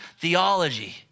theology